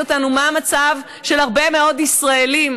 אותנו מה המצב של הרבה מאוד ישראלים.